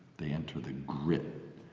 they enter the grit,